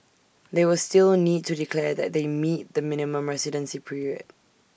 they will still need to declare that they meet the minimum residency period